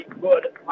good